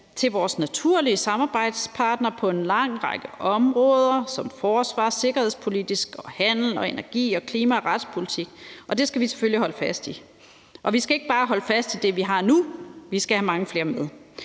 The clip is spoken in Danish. til vores naturlige samarbejdspartnere på en lang række områder som forsvar-, sikkerheds-, handels-, energi-, klima- og retspolitik, og det skal vi selvfølgelig holde fast i. Og vi skal ikke bare holde fast i det, vi har nu; vi skal have mange flere med.